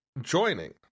joining